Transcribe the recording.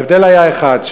ההבדל היה אחד,